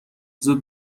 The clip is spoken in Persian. زود